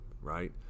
right